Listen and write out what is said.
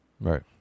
Right